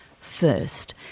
first